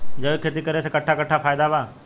जैविक खेती करे से कट्ठा कट्ठा फायदा बा?